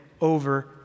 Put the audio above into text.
over